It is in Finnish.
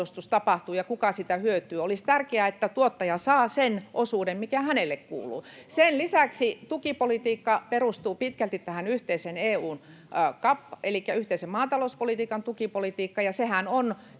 tapahtuu ja kuka siitä hyötyy. Olisi tärkeää, että tuottaja saa sen osuuden, mikä hänelle kuuluu. Sen lisäksi tukipolitiikka perustuu pitkälti tähän EU:n yhteiseen CAP- elikkä maatalouspolitiikkaan. Sehän on